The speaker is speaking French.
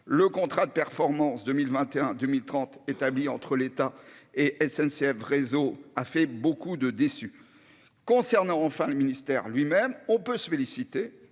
Le contrat de performance 2021-2030 établi entre l'État et SNCF Réseau a fait beaucoup de déçus. Concernant enfin le ministère lui-même, on peut se féliciter